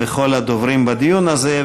ולכל הדוברים בדיון הזה,